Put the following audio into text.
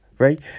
Right